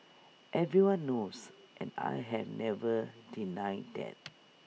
everyone knows and I have never denied that